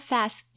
Fast